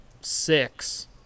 six